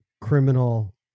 criminal